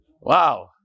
Wow